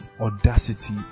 audacity